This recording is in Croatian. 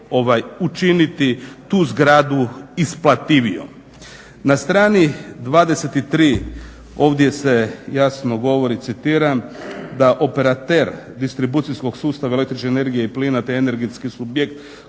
učiniti tu zgradu isplativijom. Na strani 23. ovdje se jasno govori, citiram da operater distribucijskog sustava električne energije i plina, te energetski subjekt